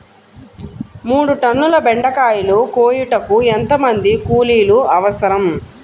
మూడు టన్నుల బెండకాయలు కోయుటకు ఎంత మంది కూలీలు అవసరం?